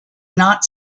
not